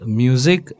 music